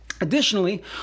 Additionally